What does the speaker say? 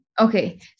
Okay